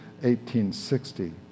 1860